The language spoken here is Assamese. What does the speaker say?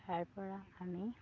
তাৰ পৰা আমি